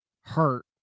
hurt